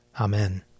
Amen